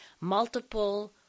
multiple